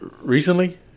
recently